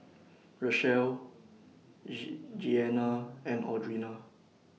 Rachael Jeanna and Audrina